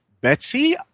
Betsy